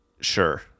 Sure